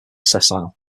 sessile